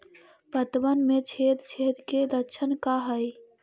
पतबन में छेद छेद के लक्षण का हइ?